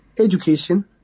education